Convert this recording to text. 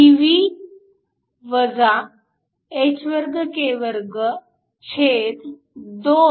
Ev 2k22nh